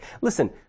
Listen